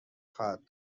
خواهد